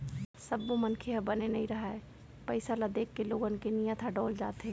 सब्बो मनखे ह बने नइ रहय, पइसा ल देखके लोगन के नियत ह डोल जाथे